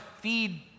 feed